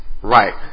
Right